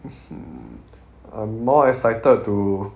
mmhmm I'm more excited to